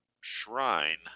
shrine